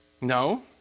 no